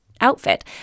outfit